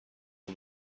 اما